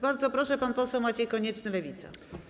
Bardzo proszę, pan poseł Maciej Konieczny, Lewica.